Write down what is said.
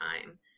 time